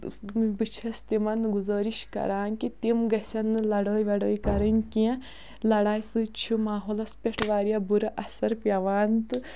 بہٕ چھَس تِمن گُزٲرِش کران کہِ تِم گژھن نہٕ لڑٲے وَڑٲے کَرٕنۍ کیٚنہہ لَڑایہِ سۭتۍ چھُ ماحولَس پٮ۪ٹھ واریاہ بُرٕ اثر پٮ۪وان تہٕ